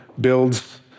builds